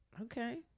okay